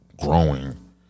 Growing